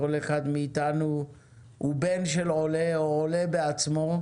כל אחד מאתנו הוא בן של עולה או עולה בעצמו,